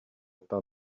pain